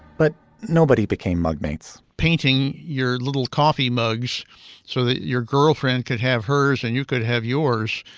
but nobody became magnate's painting your little coffee mugs so that your girlfriend could have hers and you could have yours.